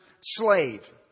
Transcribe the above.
slave